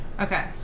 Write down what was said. Okay